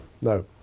no